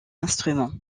instrument